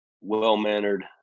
well-mannered